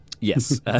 yes